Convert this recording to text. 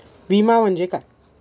विमा म्हणजे काय?